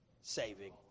saving